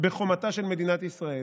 בחומתה של מדינת ישראל?